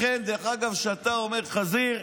לכן כשאתה אומר "חזיר"